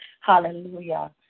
Hallelujah